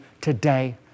today